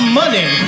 money